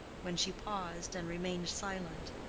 when she paused and remained silent,